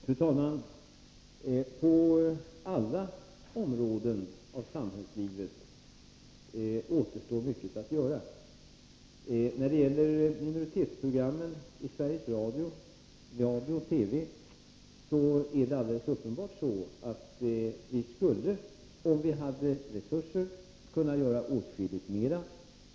Fru talman! På samhällslivets alla områden återstår mycket att göra. När det gäller minoritetsprogrammen i Sveriges Radio och Television är det alldeles uppenbart så, att vi skulle, om vi hade resurser, kunna göra åtskilligt mera.